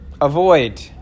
Avoid